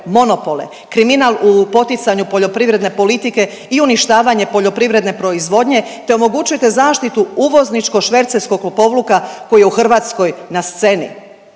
kriminal u poticanju poljoprivredne politike i uništavanje poljoprivredne proizvodnje te omogućujete zaštitu uvozničko-švercerskog lopovluka koji je u Hrvatskoj na sceni.